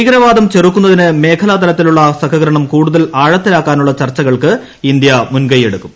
ഭീകരവാദം ചെറുക്കുന്നതിന് മേഖലാതലത്തിലുള്ള സ്ഹകരണം കൂടുതൽ ആഴത്തിലാക്കാനുള്ള ചർച്ചകൾക്ക് ഇ്ന്ത്യ മുൻകൈയ്യെടുക്കും